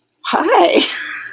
hi